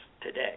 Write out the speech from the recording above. today